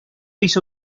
hizo